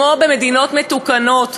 כמו במדינות מתוקנות,